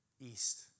east